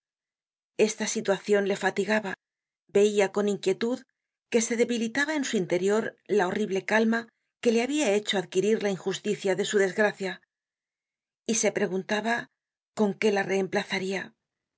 esta situacion le fatigaba veia con inquietud que se debilitaba en su interior la horrible calma que le habia hecho adquirir la injusticia de su desgracia y se preguntaba con qué la reemplazaria en